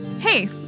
Hey